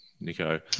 Nico